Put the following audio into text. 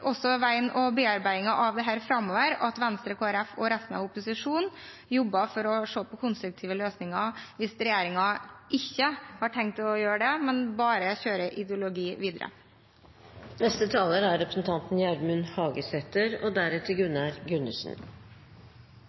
av dette framover, og at Venstre og Kristelig Folkeparti og resten av opposisjonen jobber for å finne konstruktive løsninger hvis regjeringen ikke har tenkt å gjøre det, men bare kjører ideologi videre. Denne debatten synleggjer tydelege motsetnader mellom fleirtalet, som altså ønskjer eit moderat statleg nedsal, og